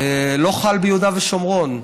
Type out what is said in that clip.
לא חל ביהודה ושומרון,